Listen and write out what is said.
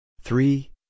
three